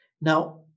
Now